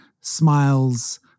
smiles